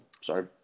Sorry